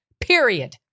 period